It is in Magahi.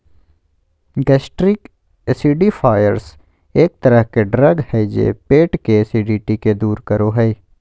गैस्ट्रिक एसिडिफ़ायर्स एक तरह के ड्रग हय जे पेट के एसिडिटी के दूर करो हय